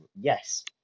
Yes